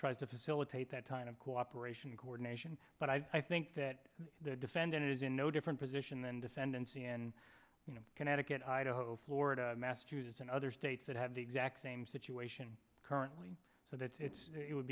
tries to facilitate that kind of cooperation coordination but i think that the defendant is in no different position than defendants and you know connecticut idaho florida massachusetts and other states that have the exact same situation currently so that it's it would